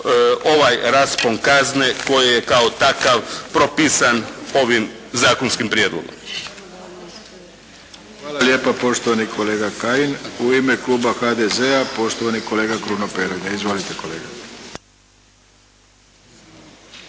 ovaj raspon kazne koji je kao takav propisan ovim zakonskim prijedlogom. **Arlović, Mato (SDP)** Hvala lijepa poštovani kolega Kajin. U ime kluba HDZ-a poštovani kolega Kruno Peronja. Izvolite, kolega.